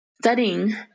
studying